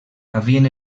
havien